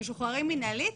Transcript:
משוחררים מינהלית